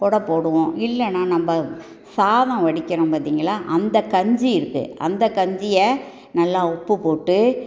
கொட போடுவோம் இல்லைனா நம்ம சாதம் வடிக்கிறோம் பார்த்தீங்களா அந்த கஞ்சி இருக்குது அந்த கஞ்சியை நல்லா உப்பு போட்டு